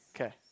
Okay